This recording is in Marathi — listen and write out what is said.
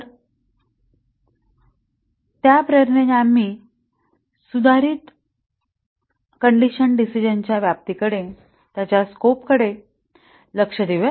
तर त्या प्रेरणेने आम्ही सुधारित कंडिशन डिसिजणंच्या व्याप्तीकडे लक्ष देऊ